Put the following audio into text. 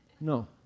No